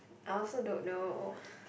I also don't know